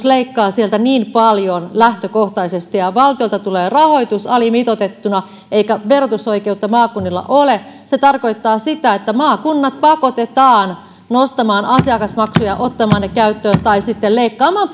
leikkaa sieltä niin paljon lähtökohtaisesti ja valtiolta tulee rahoitus alimitoitettuna eikä verotusoikeutta maakunnilla ole se tarkoittaa sitä että maakunnat pakotetaan nostamaan asiakasmaksuja ottamaan ne käyttöön tai sitten leikkaamaan